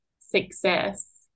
success